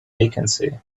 vacancy